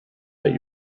that